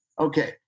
Okay